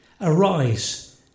Arise